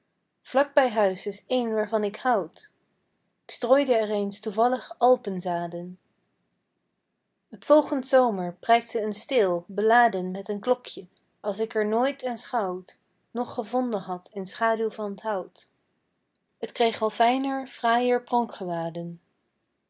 vlak bij huis is één waarvan ik houd k strooide er eens toevallig alpenzaden t volgend zomer prijkte een steel beladen met een klokje als ik er nooit aanschouwd noch gevonden had in schaûw van t hout t kreeg al fijner fraaier